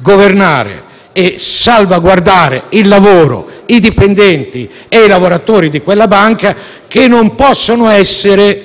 governare e salvaguardare il lavoro e i dipendenti di quella banca, che non possono essere